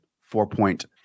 four-point